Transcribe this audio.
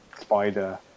spider